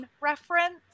reference